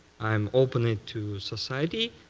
i'm opening it to society.